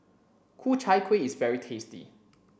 Ku Chai Kueh is very tasty